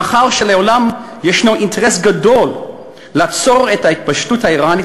מאחר שלעולם יש אינטרס גדול לעצור את ההתפשטות האיראנית